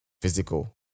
physical